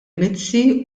mizzi